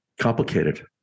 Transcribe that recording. complicated